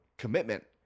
commitment